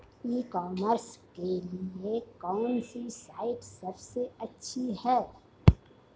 ई commerce के लिए कौनसी साइट सबसे अच्छी है?